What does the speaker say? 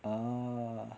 ah